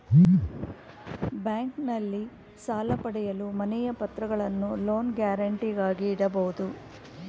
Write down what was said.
ಬ್ಯಾಂಕ್ನಲ್ಲಿ ಸಾಲ ಪಡೆಯಲು ಮನೆಯ ಪತ್ರಗಳನ್ನು ಲೋನ್ ಗ್ಯಾರಂಟಿಗಾಗಿ ಇಡಬಹುದು